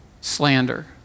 slander